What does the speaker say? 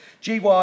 GY